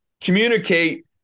communicate